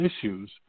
issues